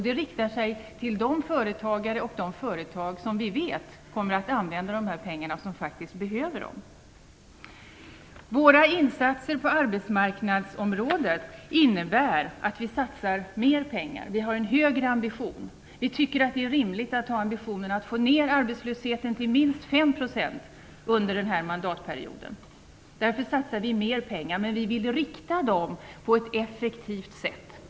Det riktar sig till de företagare och de företag som vi vet kommer att använda dessa pengar och som faktiskt behöver dem. Våra insatser på arbetsmarknadsområdet innebär att vi satsar mer pengar. Vi har en högre ambition. Vi tycker att det är rimligt att ha ambitionen att få ner arbetslösheten minst till 5 % under den här mandatperioden. Därför satsar vi mer pengar på det. Men vi vill rikta dem på ett effektivt sätt.